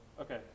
Okay